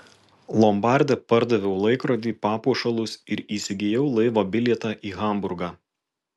lombarde pardaviau laikrodį papuošalus ir įsigijau laivo bilietą į hamburgą